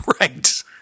right